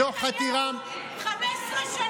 זו חתירה, הם שירתו את נתניהו 15 שנים.